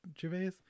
Gervais